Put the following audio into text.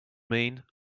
mean